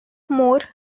more